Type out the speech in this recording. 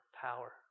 power